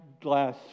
glass